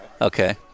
Okay